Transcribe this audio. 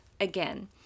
again